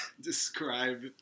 describe